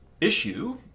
issue